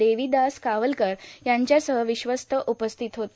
देविदास कावलकर यांच्यासह विश्वस्त उपस्थित होते